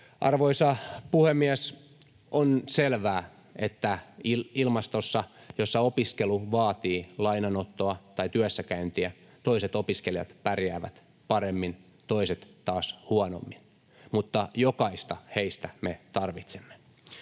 Arvoisa puhemies! On selvää, että ilmastossa, jossa opiskelu vaatii lainanottoa tai työssäkäyntiä, toiset opiskelijat pärjäävät paremmin, toiset taas huonommin, mutta jokaista heistä me tarvitsemme.